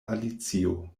alicio